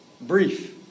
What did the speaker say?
brief